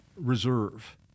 reserve